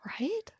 right